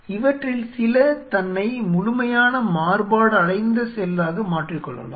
இவற்றில் சில தன்னை முழுமையான மாறுபாடடைந்த செல்லாக மாற்றிக்கொள்ளலாம்